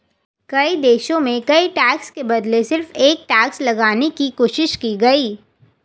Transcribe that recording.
कई देशों में कई टैक्स के बदले सिर्फ एक टैक्स लगाने की कोशिश की गयी